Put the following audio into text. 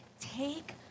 take